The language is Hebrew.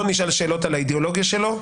לא נשאל שאלות על האידיאולוגיה שלו,